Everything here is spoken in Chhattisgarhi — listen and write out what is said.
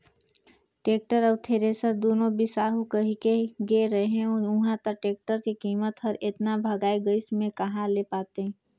टेक्टर अउ थेरेसर दुनो बिसाहू कहिके गे रेहेंव उंहा तो टेक्टर के कीमत हर एतना भंगाए गइस में कहा ले पातें